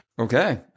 Okay